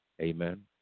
Amen